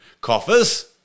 coffers